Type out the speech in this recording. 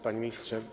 Panie Ministrze!